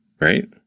Right